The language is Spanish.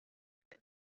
esta